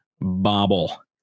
bobble